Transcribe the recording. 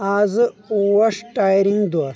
آزٕ اوس ٹایرِنگ دۄہ